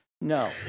No